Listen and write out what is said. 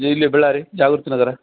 ಇಲ್ಲೆ ಬಳ್ಳಾರಿ ಜಾಗೃತಿ ನಗರ